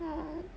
um